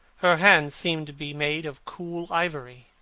her hands seemed to be made of cool ivory.